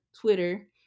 Twitter